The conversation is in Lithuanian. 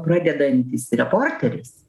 pradedantis reporteris